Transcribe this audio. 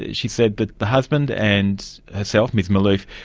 she said that the husband and herself, ms malouf,